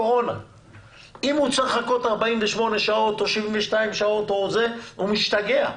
אם הוא צריך לחכות 48 שעות או 72 שעות, הוא משתגע.